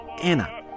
Anna